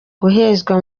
guhezwa